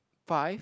five